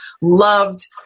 loved